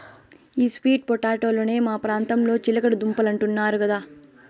ఈ స్వీట్ పొటాటోలనే మా ప్రాంతంలో చిలకడ దుంపలంటున్నారు కదా